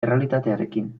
errealitatearekin